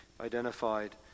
identified